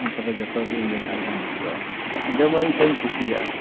ᱱᱚᱣᱟ ᱠᱚᱫᱚ ᱡᱚᱛᱚ ᱜᱮ ᱤᱧᱫᱩᱧ ᱟᱸᱡᱚᱢ ᱞᱟᱹᱜᱤᱫᱚᱜᱼᱟ ᱟᱸᱡᱚᱢᱟᱹᱧ ᱥᱤᱧ ᱠᱩᱥᱤᱭᱟᱜᱼᱟ